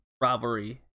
rivalry